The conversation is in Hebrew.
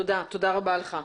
תודה רבה לך.